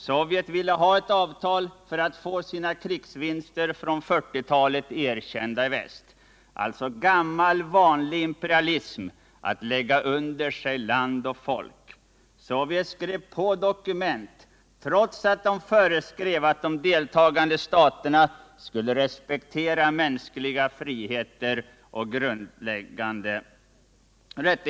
Sovjet ville ha ett avtal för att få sina krigsvinster från 1940-talet erkända i väst — alltså gammal vanlig imperialism för att lägga under sig land och folk. Sovjet skrev på dokumentet, trots att det stadgade att de deltagande staterna skulle respektera mänskliga rättigheter och grundläggande friheter.